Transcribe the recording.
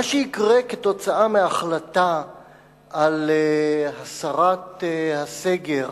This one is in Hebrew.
מה שיקרה כתוצאה מההחלטה על הסרת הסגר